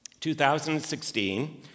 2016